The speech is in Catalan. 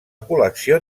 col·lecció